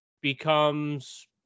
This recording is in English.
becomes